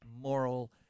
moral